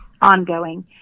ongoing